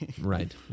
Right